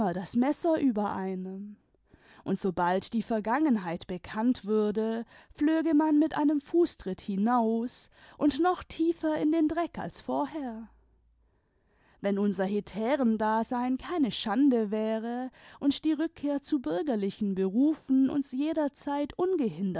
das messer über einem und sobald die vergangenheit bekannt würde flöge man mit einem fußtritt hinaus und noch tiefer in den dreck als vorher wenn unser hetärendasein keine schande wäre imd die rückkehr zu bürgerlichen berufen ims jederzeit